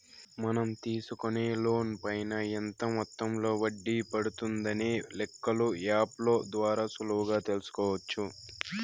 మనం తీసుకునే లోన్ పైన ఎంత మొత్తంలో వడ్డీ పడుతుందనే లెక్కలు యాప్ ల ద్వారా సులువుగా తెల్సుకోవచ్చు